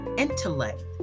intellect